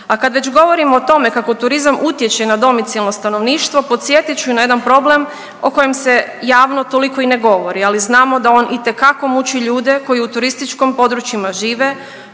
A kad već govorimo o tome kako turizam utječe na domicilno stanovništvo podsjetit ću i na jedan problem o kojem se javno toliko i ne govori, ali znamo da on itekako muči ljude koji u turističkim područjima žive,